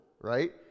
Right